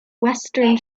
western